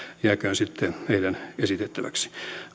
jääköön sitten heidän esitettäväkseen